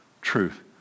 truth